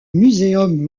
muséum